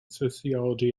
sociology